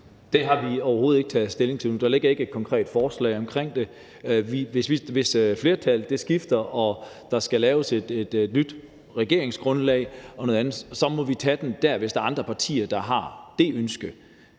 Det har vi overhovedet ikke taget stilling til endnu. Der ligger ikke et konkret forslag omkring det. Hvis flertallet skifter og der skal laves et nyt regeringsgrundlag, må vi tage den dér. Hvis der er andre partier, der har det ønske,